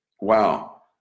wow